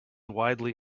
widely